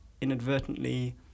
inadvertently